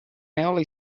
hourly